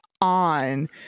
On